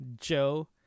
Joe